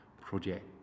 project